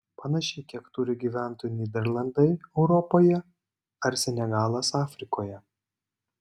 panašiai kiek turi gyventojų nyderlandai europoje ar senegalas afrikoje